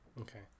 Okay